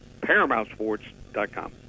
ParamountSports.com